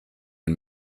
and